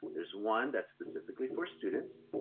there's one that specifically for students,